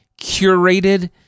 curated